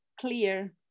clear